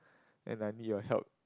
and I need your help